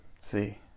see